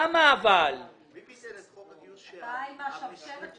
די עם השבשבת שלך.